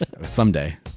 someday